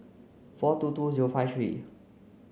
four two two zero five three